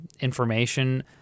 information